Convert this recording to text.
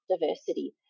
diversity